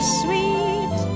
sweet